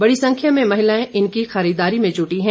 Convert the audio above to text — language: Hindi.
बड़ी संख्या में महिलाएं इनकी खरीददारी में जुटी हैं